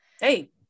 hey